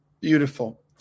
beautiful